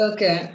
Okay